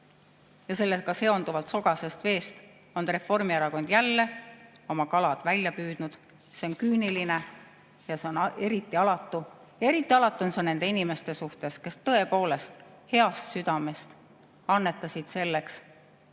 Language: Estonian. ja sellega seonduvast sogasest veest on Reformierakond jälle oma kalad välja püüdnud. See on küüniline ja see on eriti alatu! Eriti alatu on see nende inimeste suhtes, kes tõepoolest heast südamest annetasid selleks,